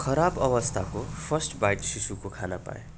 खराब अवस्थाको first bite शिशुको खाना पाएँ